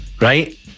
right